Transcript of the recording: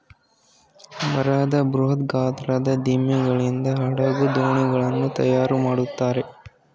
ಮರದ ಬೃಹತ್ ಗಾತ್ರದ ದಿಮ್ಮಿಗಳಿಂದ ಹಡಗು, ದೋಣಿಗಳನ್ನು ತಯಾರು ಮಾಡುತ್ತಾರೆ